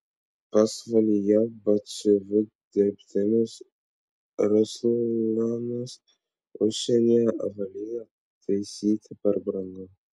pasvalyje batsiuviu dirbantis ruslanas užsienyje avalynę taisyti per brangu